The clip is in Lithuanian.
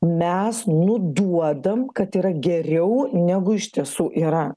mes nuduodam kad yra geriau negu iš tiesų yra